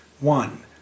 One